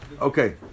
Okay